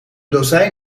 dozijn